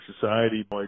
society